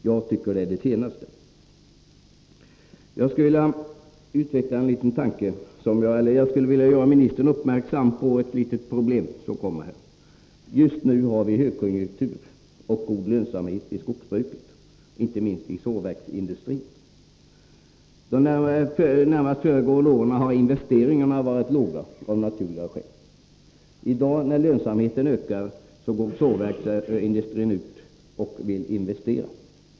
Jag tycker det sistnämnda vore riktigt. Jag skulle vilja göra jordbruksministern uppmärksam på ett litet problem. Just nu har vi högkonjunktur och god lönsamhet i skogsbruket, inte minst i sågverksindustrin. Under de närmast föregående åren har investeringarna varit låga — av naturliga skäl. I dag när lönsamheten ökar, går sågverksindustrin ut och vill investera.